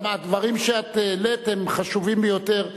הדברים שאת העלית הם חשובים ביותר,